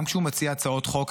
גם כשהוא מציע הצעות חוק,